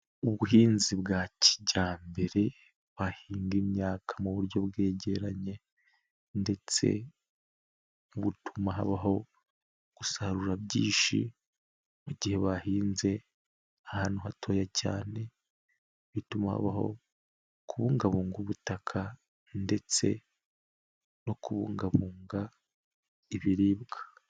Ubuhinzi bwa kijyambere bahinga imyaka mu buryo bwegeranye ndetse butuma habaho gusarura byinshi mu gihe bahinze ahantu hatoya cyane, bituma habaho kubungabunga ubutaka ndetse no kubungabunga ibiribwa.